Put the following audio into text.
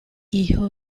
hijo